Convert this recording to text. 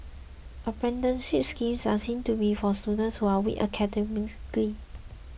apprenticeship schemes are seen to be for students who are weak academically